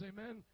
Amen